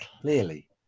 clearly